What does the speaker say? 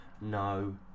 no